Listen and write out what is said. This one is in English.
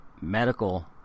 medical